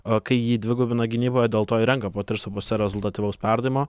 a kai jį dvigubina gynyboje dėl to ir renka po tris su puse rezultatyvaus perdavimo